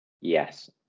Yes